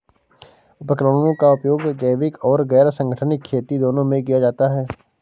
उपकरणों का उपयोग जैविक और गैर संगठनिक खेती दोनों में किया जाता है